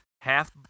Half